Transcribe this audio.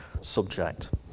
subject